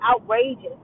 outrageous